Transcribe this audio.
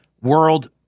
world